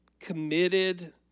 Committed